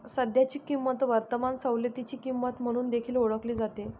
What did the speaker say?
सध्याची किंमत वर्तमान सवलतीची किंमत म्हणून देखील ओळखली जाते